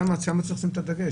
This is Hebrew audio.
שם צריך לשים את הדגש,